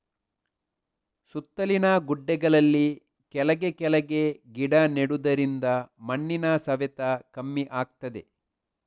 ಸುತ್ತಲಿನ ಗುಡ್ಡೆಗಳಲ್ಲಿ ಕೆಳಗೆ ಕೆಳಗೆ ಗಿಡ ನೆಡುದರಿಂದ ಮಣ್ಣಿನ ಸವೆತ ಕಮ್ಮಿ ಆಗ್ತದೆ